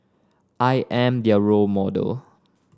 I am their role model